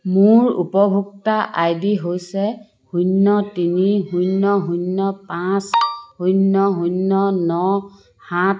মোৰ উপভোক্তা I D হৈছে শূন্য তিনি শূন্য শূন্য পাঁচ শূন্য শূন্য ন সাত